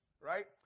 right